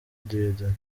dieudonne